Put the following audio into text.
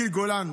גיל גולן,